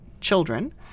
children